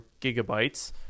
gigabytes